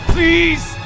Please